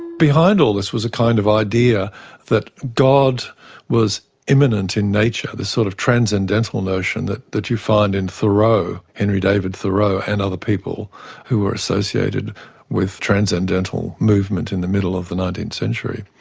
behind all this was a kind of idea that god was imminent in nature, this sort of transcendental notion that that you find in thoreau, henry david thoreau and other people who were associated with transcendental movement in the middle of the nineteenth century.